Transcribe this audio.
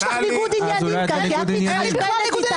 אולי יש לך ניגוד עניינים --- אין לי בכלל ניגוד עניינים.